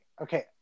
okay